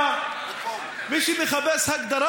הגדרה